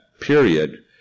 period